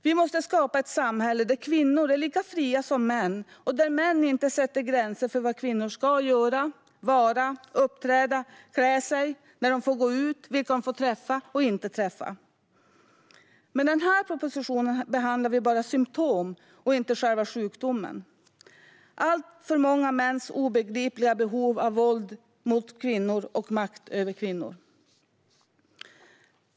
Vi måste skapa ett samhälle där kvinnor är lika fria som män och där män inte sätter gränser för vad kvinnor ska göra, hur de ska vara eller uppträda, hur de ska klä sig, när de får gå ut eller vilka de får träffa och inte träffa. Med den här propositionen behandlar vi bara ett symtom och inte själva sjukdomen, det vill säga alltför många mäns obegripliga behov av våld mot och makt över kvinnor.